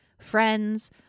friends